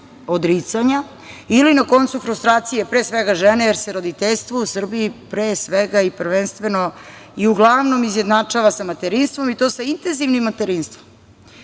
odricanja ili na kom su frustracije pre svega žene jer se roditeljstvu u Srbiji pre svega i prvenstveno i uglavnom izjednačava sa materinstvom i to sa intenzivnim materinstvom,